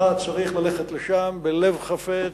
אתה צריך ללכת לשם בלב חפץ,